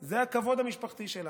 זה הכבוד המשפחתי שלו.